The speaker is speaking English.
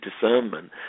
discernment